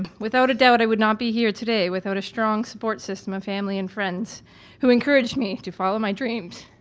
without a doubt i would not be here today without a strong support system of family and friends who encouraged me to follow my dreams.